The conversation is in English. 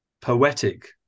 poetic